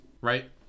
right